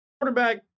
Quarterback